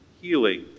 healing